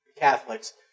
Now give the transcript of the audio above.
Catholics